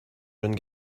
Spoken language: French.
jeune